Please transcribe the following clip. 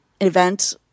event